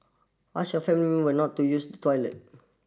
ask your family member not to use the toilet